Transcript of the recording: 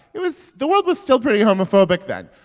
it was the world was still pretty homophobic then.